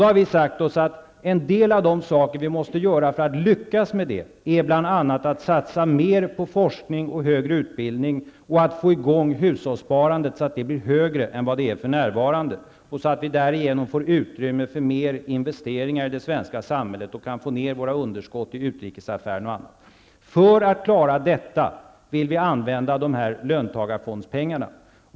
Vi har då sagt oss att för att lyckas med det måste vi bl.a. satsa mera på forskning och högre utbildning. Vi måste satsa på att få i gång hushållssparandet så att det blir högre än vad det är för närvarande, så att vi därigenom får utrymme för större investeringar i det svenska samhället och kan få ned våra underskott i utrikesaffärerna. För att klara detta vill vi använda löntagarfondspengarna.